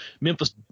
Memphis